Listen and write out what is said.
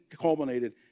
culminated